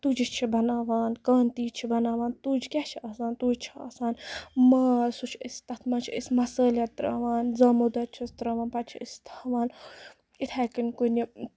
تُجہِ چھِ بَناوان کانتی چھِ بَناوان تُج کیاہ چھِ آسان تُج چھِ آسان ماز سُہ چھِ أسۍ تَتھ منٛز چھِ أسۍ مَسٲلیت تراوان زامہٕ دۄد چھِس تراوان پَتہٕ چھ ٲسۍ تھاوان یِتھے کَنۍ کُنہِ